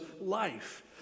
life